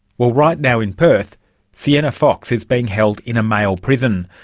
well, right now in perth sienna fox is being held in a male prison.